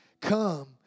Come